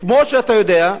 כמו שאתה יודע,